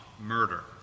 murder